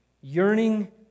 yearning